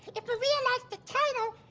if maria likes the title,